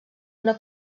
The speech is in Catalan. una